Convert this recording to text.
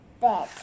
bed